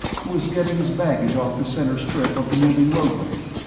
who was getting his baggage off the center strip of the moving roadway.